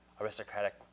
Aristocratic